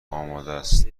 آمادست